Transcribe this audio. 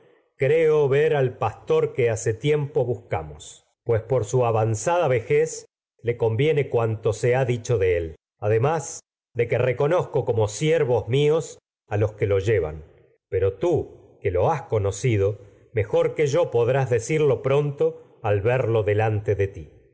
creo ver al pastor que hace tiempo buscamos cuanto como se su avanzada vejez de que le conviene ha de los él además reconozco siervos míos a que lo llevan pero tii que lo al has conocido delante mejor de ti que yo podrás decirlo pronto verlo coro